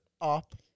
up